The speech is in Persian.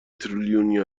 تریلیونی